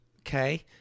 okay